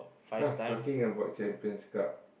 ha talking about Champions Cup